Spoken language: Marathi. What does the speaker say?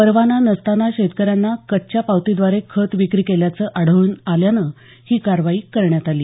परवाना नसताना शेतकऱ्यांना कच्च्या पावतीद्वारे खत विक्री केल्याचं आढळून आल्यानं ही कारवाई करण्यात आली